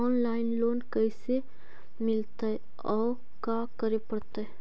Online loan कैसे मिलतै औ का करे पड़तै?